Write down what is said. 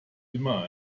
immer